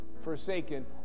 forsaken